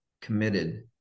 committed